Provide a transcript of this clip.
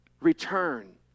return